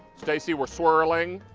stacey, we are swirling.